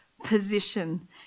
position